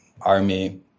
army